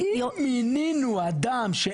מינינו אדם,